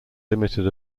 limited